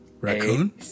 Raccoon